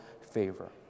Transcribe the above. favor